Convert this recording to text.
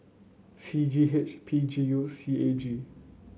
C G H P G U C A G